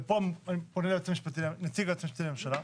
ופה אני פונה לנציג היועץ המשפטי לממשלה,